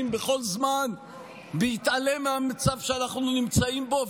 בכל זמן בהתעלם מהמצב שאנחנו נמצאים בו,